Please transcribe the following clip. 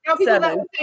seven